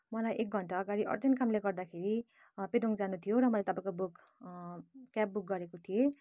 मलाई एक घन्टा अगाडि अर्जेन्ट कामले गर्दाखेरि पेदुङ जानु थियो र मैले तपाईँको बुक क्याब बुक गरेको थिएँ